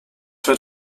wird